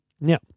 Now